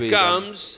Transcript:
comes